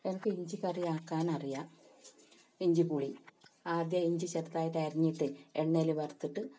എനിക്ക് ഇഞ്ചിക്കറി ആക്കാനറിയാം ഇഞ്ചിപ്പുളി ആദ്യം ഇഞ്ചി ചെറുതായിട്ട് അരിഞ്ഞിട്ട് എണ്ണയിൽ വറുത്തിട്ട്